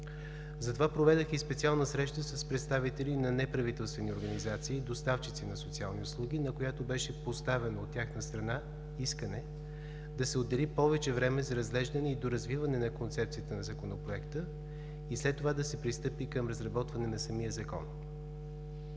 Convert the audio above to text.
Затова проведох и специална среща с представители на неправителствени организации, доставчици на социални услуги, на която беше поставено от тяхна страна искане да се отдели повече време за разглеждане и доразвиване на концепцията на Законопроекта и след това да се пристъпи към разработване на самия закон.